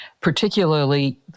particularly